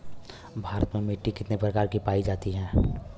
भारत में मिट्टी कितने प्रकार की पाई जाती हैं?